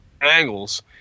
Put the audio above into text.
angles